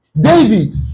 david